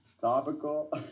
Topical